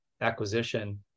acquisition